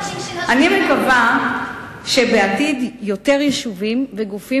אני מקווה שבעתיד יותר יישובים וגופים